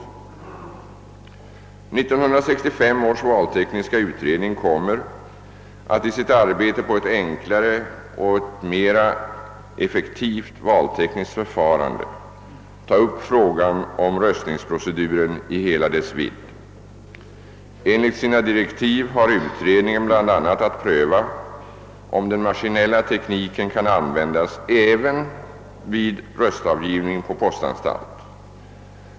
1965 års valtekniska utredning kommer att i sitt arbete på ett enklare och mera effektivt valtekniskt förfarande ta upp frågan om röstningsproceduren i hela dess vidd. Enligt sina direktiv har utredningen bl.a. att pröva om den maskinella tekniken kan användas även vid röstavgivning på postanstalt.